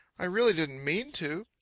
i really didn't mean to.